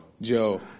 Joe